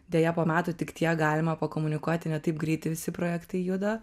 deja po metų tik tiek galima pakomunikuoti ne taip greitai visi projektai juda